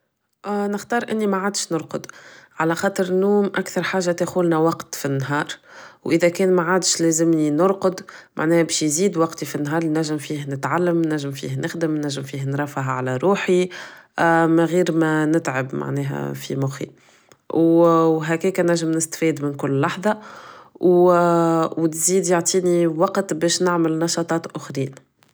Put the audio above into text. نختار اني معادش نرقد علخاطر النوم اثر حاجة تاخدلنا وقت فالنهار و اذا كان معادش لازمني نرقد معناها بش يزيد وقتي فالنهار اللي نجم فيه نتعلم نجم فيه نخدم نجم فيه نرفه على روحي من غير ما نتعب معناها في مخي و هكاك نجم نستفاد من كل لحظة و تزيد يعطيني وقت بش نعمل نشاطات اخرين